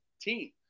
team